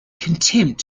contempt